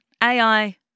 AI